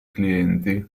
clienti